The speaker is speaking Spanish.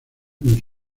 muy